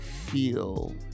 feel